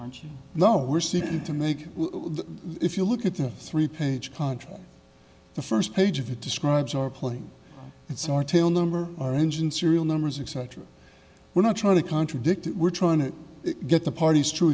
aren't you know we're seeking to make if you look at the three page contract the first page of it describes are playing it's own tail number our engine serial numbers etc we're not trying to contradict it we're trying to get the parties true